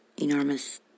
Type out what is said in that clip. enormous